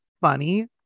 funny